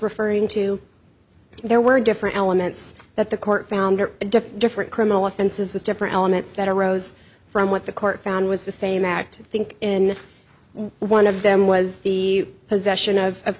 referring to there were different elements that the court found or different different criminal offenses with different elements that arose from what the court found was the same act think in one of them was the possession of